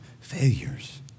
failures